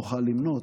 נוכל למנות,